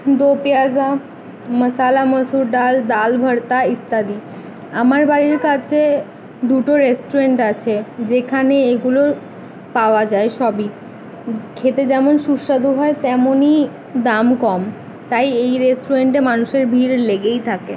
দো পেঁয়াজা মাসালা মাসুর ডাল ডাল ভর্তা ইত্যাদি আমার বাড়ির কাছে দুটো রেস্টুরেন্ট আছে যেখানে এগুলো পাওয়া যায় সবই খেতে যেমন সুস্বাদু হয় তেমনই দাম কম তাই এই রেস্টুরেন্টে মানুষের ভিড় লেগেই থাকে